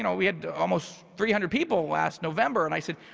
and we had almost three hundred people last november, and i said,